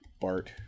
Bart